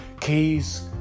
keys